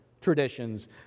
traditions